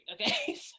okay